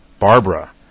Barbara